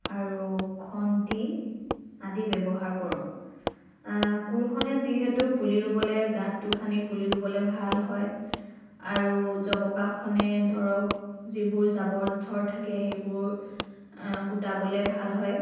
আৰু খন্তি আদি ব্যৱহাৰ কৰোঁ কোৰখনে যিহেতু পুলি ৰুবলৈ গাঁতটো খান্দি পুলি ৰুবলৈ ভাল হয় আৰু জবকাখনে ধৰক যিবোৰ জাৱৰ জোঁথৰ থাকে সেইবোৰ গোটাবলৈ ভাল হয়